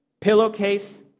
Pillowcase